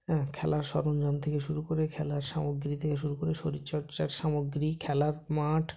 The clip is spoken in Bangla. খেলার সরঞ্জাম থেকে শুরু করে খেলার সামগ্রী থেকে শুরু করে শরীরচর্চার সামগ্রী খেলার মাঠ